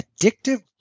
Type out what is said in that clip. addictive